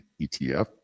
ETF